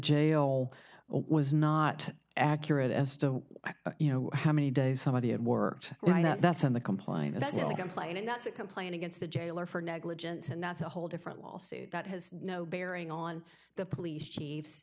jail was not accurate estimate you know how many days somebody at work right now that's in the complaint that's a complaint and that's a complaint against the jailer for negligence and that's a whole different lawsuit that has no bearing on the police chiefs